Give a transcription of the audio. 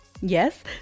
Yes